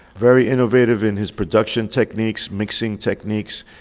very innovative in his production techniques mixing techniques.